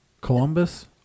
Columbus